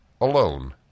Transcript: alone